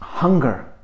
hunger